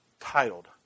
titled